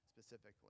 specifically